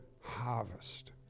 harvest